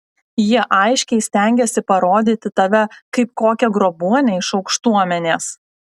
jie aiškiai stengiasi parodyti tave kaip kokią grobuonę iš aukštuomenės